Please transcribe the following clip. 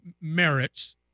merits